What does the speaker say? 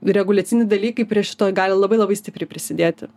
reguliaciniai dalykai prie šito gali labai labai stipriai prisidėti